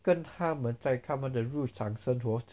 跟他们在他们的日常生活